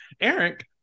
Eric